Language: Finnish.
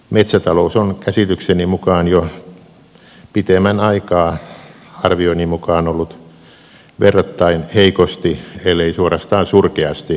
metsätalous on käsitykseni mukaan jo pitemmän aikaa ollut verrattain heikosti ellei suorastaan surkeasti kannattavaa toimintaa